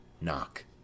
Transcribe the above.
Knock